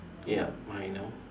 yup I know